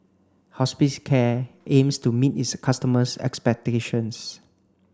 Hospicare aims to meet its customers' expectations